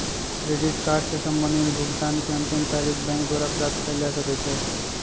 credit card से संबंधित भुगतान के अंतिम तारिख बैंक द्वारा प्राप्त कयल जा सकइ छइ